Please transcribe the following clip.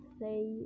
say